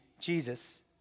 Jesus